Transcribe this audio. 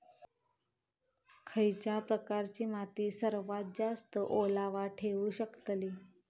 खयच्या प्रकारची माती सर्वात जास्त ओलावा ठेवू शकतली?